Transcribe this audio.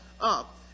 up